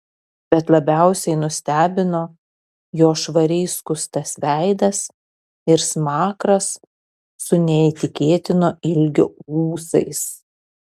bet labiausiai nustebino jo švariai skustas veidas ir smakras su neįtikėtino ilgio ūsais